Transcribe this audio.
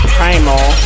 Primal